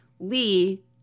Lee